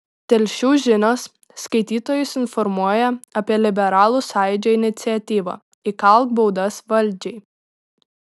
telšių žinios skaitytojus informuoja apie liberalų sąjūdžio iniciatyvą įkalk baudas valdžiai